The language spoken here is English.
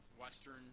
Western